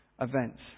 events